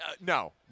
no